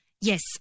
Yes